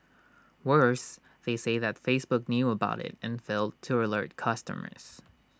worse they say that Facebook knew about IT and failed to alert customers